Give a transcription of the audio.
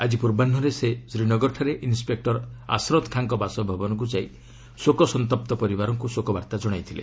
ଆଜି ପୂର୍ବାହ୍କରେ ସେ ଶ୍ରୀନଗରଠାରେ ଇନ୍ପେକ୍ଟର ଆଶ୍ରଦ ଖାଁଙ୍କ ବାସଭବନକୁ ଯାଇ ଶୋକସନ୍ତପ୍ତ ପରିବାରଙ୍କୁ ଶୋକାବାର୍ତ୍ତା କଣାଇଥିଲେ